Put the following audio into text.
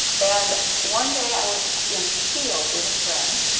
and one day i was in a field with a friend,